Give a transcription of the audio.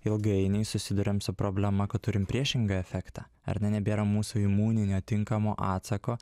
ilgainiui susiduriam su problema kad turim priešingą efektą ar ne nebėra mūsų imuninio tinkamo atsako